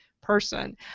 person